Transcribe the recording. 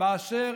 באשר